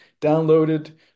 downloaded